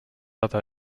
other